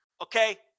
Okay